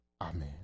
Amen